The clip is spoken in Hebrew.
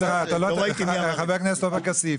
חבר הכנסת כסיף,